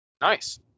Nice